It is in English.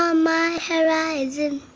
um my horizon.